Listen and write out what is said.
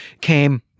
came—